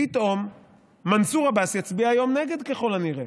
פתאום מנסור עבאס יצביע היום נגד, ככל הנראה,